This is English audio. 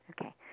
Okay